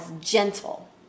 gentle